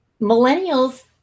millennials